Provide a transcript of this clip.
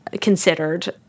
considered